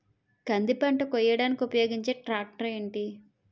కంది పంట కోయడానికి ఉపయోగించే ట్రాక్టర్ ఏంటి?